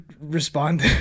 respond